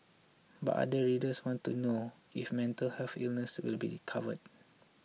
but other readers want to know if mental health illnesses will be covered